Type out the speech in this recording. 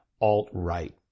alt-right